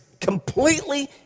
Completely